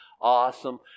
awesome